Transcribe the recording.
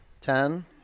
Ten